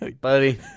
buddy